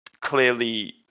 clearly